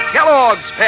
Kellogg's